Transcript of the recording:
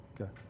Okay